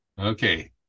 okay